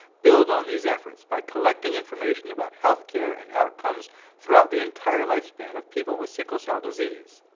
build on these efforts by collecting information about healthcare and outcomes throughout the entire lifespan of people with sickle cell disease.